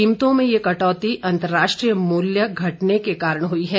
कीमतों में यह कटौती अंतरराष्ट्रीय मूल्य घटने के कारण हुई है